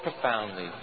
profoundly